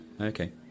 Okay